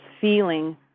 feeling